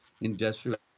industrial